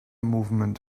movement